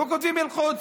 לא כותבים "אל-קודס".